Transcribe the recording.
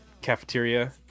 cafeteria